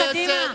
חברי הכנסת,